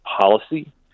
policy